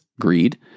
greed